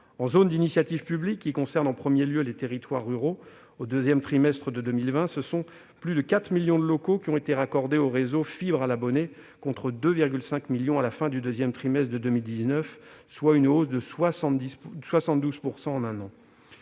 En zone d'initiative publique- cela concerne en premier lieu les territoires ruraux -, au deuxième trimestre de 2020, ce sont 4,3 millions de locaux qui ont été raccordés au réseau fibre à l'abonné, contre 2,5 millions à la fin du deuxième trimestre de 2019, soit une hausse de 72 % en un an.